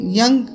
young